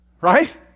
Right